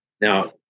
Now